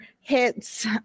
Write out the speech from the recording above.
hits